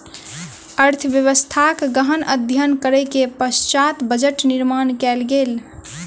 अर्थव्यवस्थाक गहन अध्ययन करै के पश्चात बजट निर्माण कयल गेल